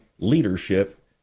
leadership